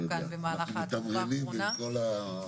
אנחנו מתמרנים בין כל הוועדות.